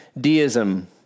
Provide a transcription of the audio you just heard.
deism